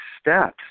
steps